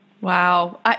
Wow